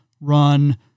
run